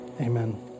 amen